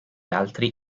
altri